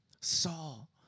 Saul